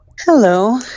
hello